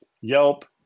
Yelp